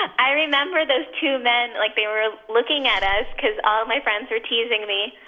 i remember those two men. like they were looking at us because all of my friends were teasing me.